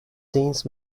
since